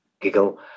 giggle